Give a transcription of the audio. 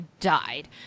died